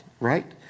right